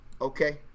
okay